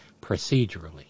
procedurally